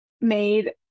made